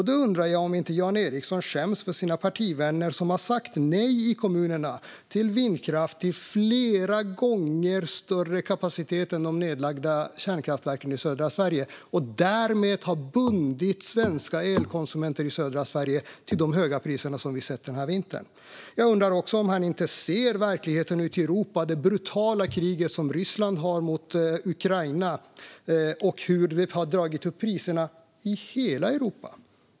Då undrar jag om inte Jan Ericson skäms för sina partivänner, som har sagt nej i kommunerna till vindkraft med flera gånger större kapacitet än de nedlagda kärnkraftverken i södra Sverige och därmed bundit svenska elkonsumenter i södra Sverige till de höga priser som vi sett den här vintern. Jag undrar också om Jan Ericson inte ser verkligheten ute i Europa. Har han inte sett hur det brutala krig som Ryssland för mot Ukraina har dragit upp priserna i hela Europa?